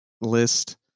list